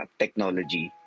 technology